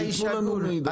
שייתנו לנו מידע.